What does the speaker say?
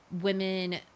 women